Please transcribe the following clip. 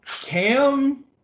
Cam